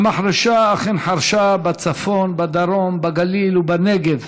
והמחרשה אכן חרשה בצפון, בדרום, בגליל ובנגב,